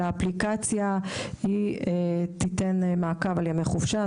האפליקציה תיתן מעקב על ימי חופשה,